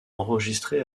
enregistré